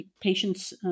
patients